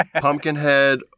Pumpkinhead